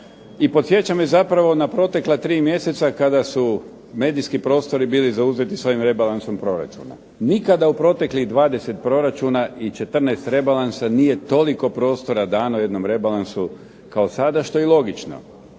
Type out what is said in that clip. i podsjeća me zapravo na protekla tri mjeseca kada su medijski prostori bili zauzeti s ovim rebalansom proračuna. Nikada u proteklih 20 proračuna i 14 rebalansa nije toliko prostora dano jednom rebalansu kao sada, što je i logično.